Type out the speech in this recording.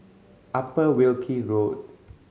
Upper Wilkie Road